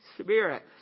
Spirit